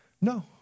No